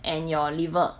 and your liver